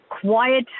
quiet